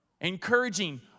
encouraging